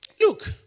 Look